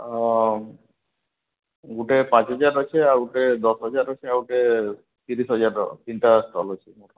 ହଁ ଗୁଟେ ପାଞ୍ଚହଜାର୍ ଅଛେ ଆଉ ଗୁଟେ ଦଶହଜାର୍ ଅଛେ ଆଉ ଗୁଟେ ତିରିଶିହଜାର୍ର ତିନିଟା ଷ୍ଟଲ୍ ଅଛେ ମୋ ପାଖେ